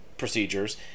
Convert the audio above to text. procedures